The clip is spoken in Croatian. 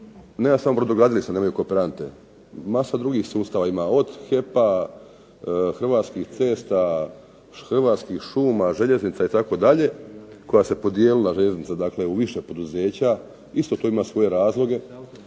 nema samo brodogradilište nemaju kooperante. Masa drugih sustava ima od HEP-a, Hrvatskih cesta, Hrvatskih šuma, željeznica itd. koja se podijelila željeznica, dakle u više poduzeća. Isto to ima svoje razloge